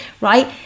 right